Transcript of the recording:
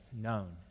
known